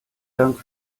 dank